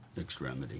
extremity